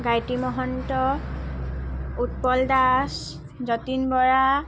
Gayatri Mahanta Utpal Das Jatin Bora